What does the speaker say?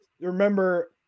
remember